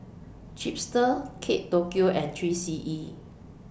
Chipster Kate Tokyo and three C E